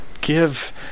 give